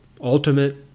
ultimate